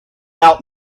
out